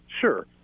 Sure